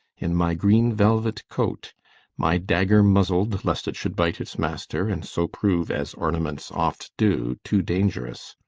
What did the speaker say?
in my green velvet coat my dagger muzzled, lest it should bite its master, and so prove, as ornaments oft do, too dangerous.